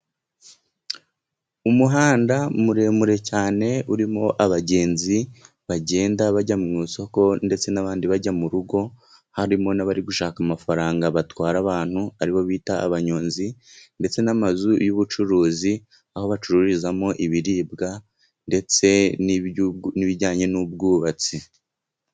Umuhanda muremure cyane urimo abagenzi, bagenda bajya mu isoko ndetse n'abandi bajya mu rugo, harimo n'abari gushaka amafaranga batwara abantu aribo bita abanyonzi, ndetse n'amazu y'ubucuruzi, aho bacururizamo ibiribwa ndetse n'ibijyanye n'ubwubatsi.